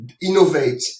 innovate